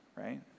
right